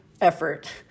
effort